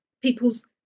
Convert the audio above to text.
people's